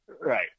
Right